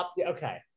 Okay